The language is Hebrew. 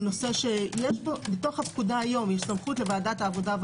יש בתוך הפקודה היום סמכות לוועדת העבודה,